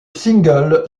single